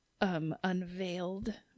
Unveiled